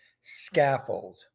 scaffold